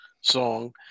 song